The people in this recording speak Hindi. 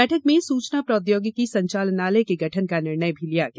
बैठक में सूचना प्रौद्योगिकी संचालनालय के गठन का निर्णय लिया गया